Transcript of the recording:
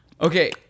Okay